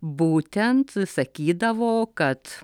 būtent sakydavo kad